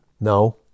No